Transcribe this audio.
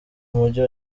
mujyi